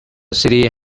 city